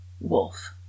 wolf